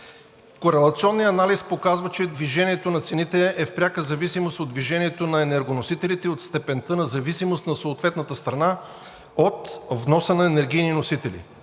Корелационният анализ показва, че движението на цените е в пряка зависимост от движението на енергоносителите и от степента на зависимост на съответната страна от вноса на енергийни носители.